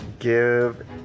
give